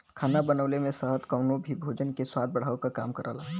खाना बनवले में शहद कउनो भी भोजन के स्वाद बढ़ावे क काम करला